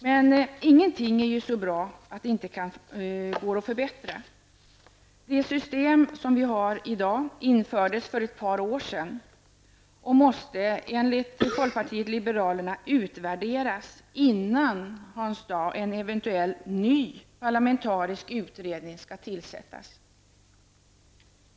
Men ingenting är så bra att det inte går att förbättra. Det system som vi har i dag infördes för ett par år sedan, och det måste, Hans Dau, enligt folkpartiet liberalernas mening utvärderas innan en eventuellt ny parlamentarisk utredning tillsätts.